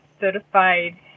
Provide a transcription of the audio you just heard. certified